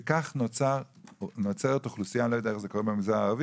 כך נוצרות אוכלוסיות שלמות אני לא יודע איך זה קורה במגזר הערבי,